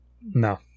No